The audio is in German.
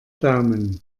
daumen